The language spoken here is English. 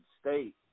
State